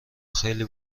خیلی